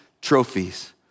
trophies